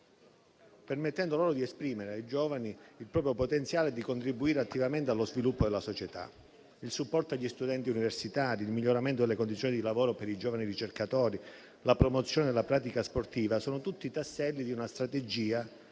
permettendo ai giovani di esprimere il proprio potenziale e di contribuire attivamente allo sviluppo della società. Il supporto agli studenti universitari, il miglioramento delle condizioni di lavoro per i giovani ricercatori, la promozione della pratica sportiva sono tutti tasselli di una strategia